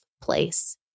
place